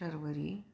Sharvari